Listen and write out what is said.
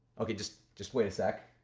ok just just wait a sec.